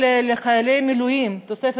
למה במקום שהתגעגענו והתפללנו אליו אלפי שנים?